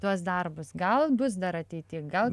tuos darbus gal bus dar ateity gal